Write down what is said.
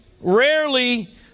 rarely